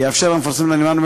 יאפשר המפרסם לנמען,